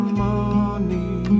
money